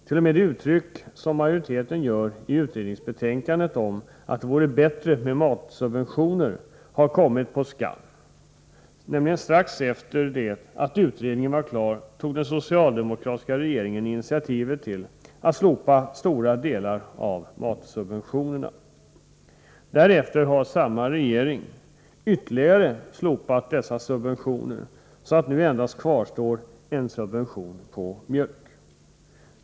T. o. m. den synpunkt som majoriteten ger uttryck för i utredningsbetänkandet, att det vore bättre med matsubventioner, har kommit på skam. Strax efter det att utredningen var klar tog nämligen den socialdemokratiska regeringen initiativet till att slopa stora delar av matsubventionerna. Därefter har samma regering ytterligare slopat dessa subventioner, så att nu endast kvarstår en subvention på mjölk.